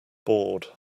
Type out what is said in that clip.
bored